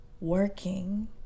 working